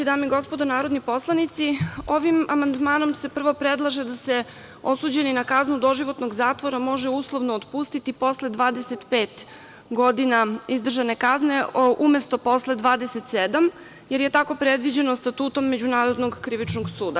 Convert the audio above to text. Dame i gospodo narodni poslanici, ovim amandmanom se upravo predlaže da se osuđeni na kaznu doživotnog zatvora može uslovno otpustiti posle 25 godina izdržane kazne, umesto posle 27, jer je tako predviđeno Statutom Međunarodnog krivičnog suda.